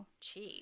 cheap